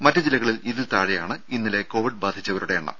മറ്റ് ജില്ലകളിൽ ഇതിൽതാഴെയാണ് ഇന്നലെ കോവിഡ് ബാധിച്ചവരുടെ എണ്ണം